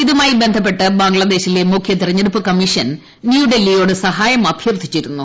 ഇതുമായി ബന്ധപ്പെട്ട് ബംഗ്ലാദേശിലെ മുഖ്യ തെരഞ്ഞെടുപ്പ് കമ്മീഷൻ ന്യൂഡൽഹിയോട് സഹായം അഭ്യർത്ഥിച്ചിരുന്നു